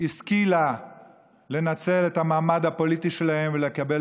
השכילה לנצל את המעמד הפוליטי שלה ולקבל